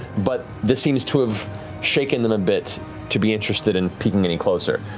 but this seems to have shaken them a bit to be interested in peeking any closer.